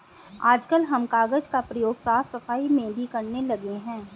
आजकल हम कागज का प्रयोग साफ सफाई में भी करने लगे हैं